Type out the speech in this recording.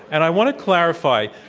and i want to clarify.